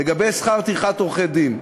לגבי שכר טרחת עורכי-דין,